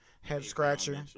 Head-scratcher